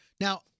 Now